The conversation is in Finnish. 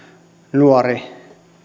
nuori